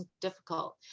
difficult